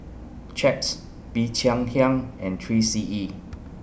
Chaps Bee Cheng Hiang and three C E